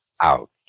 out